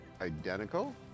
identical